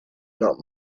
not